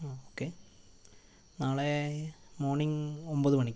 okay നാളേ morning ഒമ്പത് മണിക്ക്